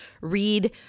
read